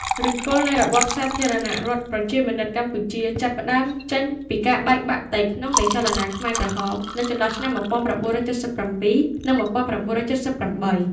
ឫសគល់នៃរបបសាធារណរដ្ឋប្រជាមានិតកម្ពុជា ចាប់ផ្តើមចេញពីការបែកបាក់ផ្ទៃក្នុងនៃចលនាខ្មែរក្រហមនៅចន្លោះឆ្នាំ ១៩៧៧ និង ១៩៧៨។